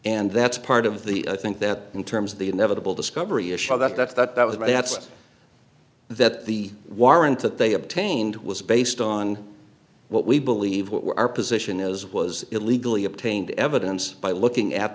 and that's part of the i think that in terms of the inevitable discovery issue that that's that was my that's that the warrant that they obtained was based on what we believe were our position as was illegally obtained evidence by looking at